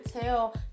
tell